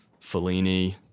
Fellini